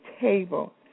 table